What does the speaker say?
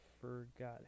forgot